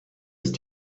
ist